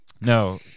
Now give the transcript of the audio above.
no